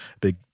big